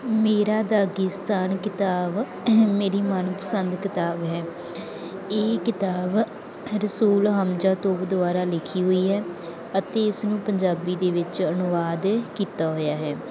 ਮੇਰਾ ਦਾਗਿਸਤਾਨ ਕਿਤਾਬ ਮੇਰੀ ਮਨਪਸੰਦ ਕਿਤਾਬ ਹੈ ਇਹ ਕਿਤਾਬ ਰਸੂਲ ਹਮਜਾ ਤੋਪ ਦੁਆਰਾ ਲਿਖੀ ਹੋਈ ਹੈ ਅਤੇ ਇਸ ਨੂੰ ਪੰਜਾਬੀ ਦੇ ਵਿੱਚ ਅਨੁਵਾਦ ਕੀਤਾ ਹੋਇਆ ਹੈ